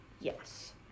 Yes